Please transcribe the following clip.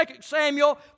Samuel